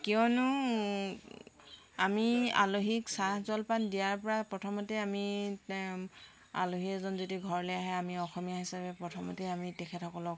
কিয়নো আমি আলহীক চাহ জলপান দিয়াৰ পৰা প্ৰথমতে আমি আলহী এজন যদি ঘৰলৈ আহে আমি অসমীয়া হিচাপে প্ৰথমতে আমি তেখেতসকলক